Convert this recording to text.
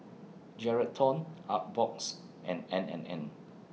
Geraldton Artbox and N and N